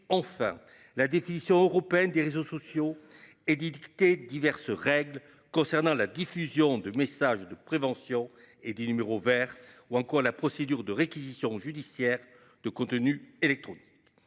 enfin la définition européenne des réseaux sociaux. Diverses règles concernant la diffusion de messages de prévention et des numéros verts ou encore la procédure de réquisition judiciaire de contenus électronique.